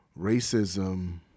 racism